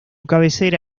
cabecera